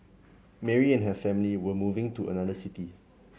Mary and her family were moving to another city